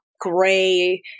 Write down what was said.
gray